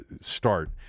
start